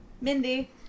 Mindy